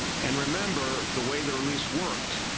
and remember the way the release worked,